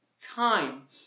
time